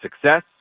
success